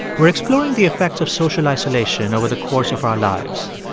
we're exploring the effects of social isolation over the course of our lives.